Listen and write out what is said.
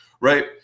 right